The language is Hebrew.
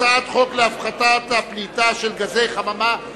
שהצעת חוק בתי-הדין הדתיים הדרוזיים (תיקון,